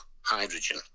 hydrogen